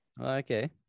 okay